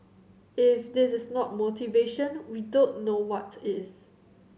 if this is not motivation we don't know what is